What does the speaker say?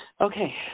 Okay